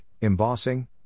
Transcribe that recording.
embossing